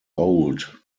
old